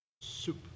soup